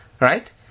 right